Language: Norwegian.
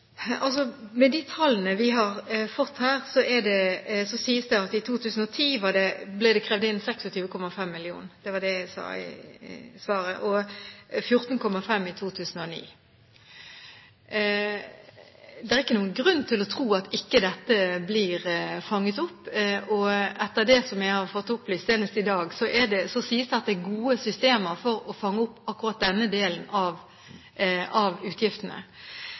Med de tallene vi har fått her, sies det at det i 2010 ble krevd inn 26,5 mill. kr og 14,5 mill. kr i 2009. Det var det jeg sa i svaret mitt. Det er ingen grunn til å tro at ikke dette blir fanget opp. Etter det jeg har fått opplyst senest i dag, sies det at det er gode systemer for å fange opp akkurat denne delen av utgiftene.